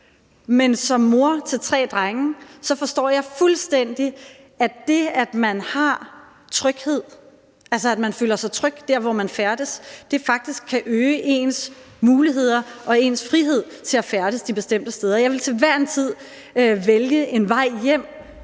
men som mor til tre drenge forstår jeg fuldstændig, at det, at man har tryghed, altså at man føler sig tryg dér, hvor man færdes, faktisk kan øge ens muligheder og ens frihed til at færdes de bestemte steder. Jeg vil på en mørk aften til hver en tid vælge en vej hjem,